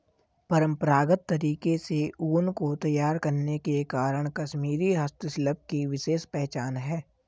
परम्परागत तरीके से ऊन को तैयार करने के कारण कश्मीरी हस्तशिल्प की विशेष पहचान है